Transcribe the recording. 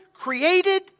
created